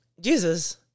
Jesus